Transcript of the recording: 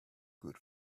good